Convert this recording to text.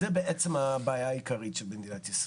זה בעצם הבעיה העיקרית במדינת ישראל,